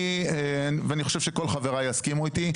אני, ואני חושב שכל חבריי יסכימו איתי.